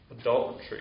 adultery